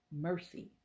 mercy